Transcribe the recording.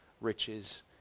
riches